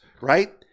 right